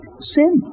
sin